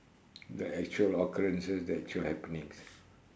the actual occurrences the actual happenings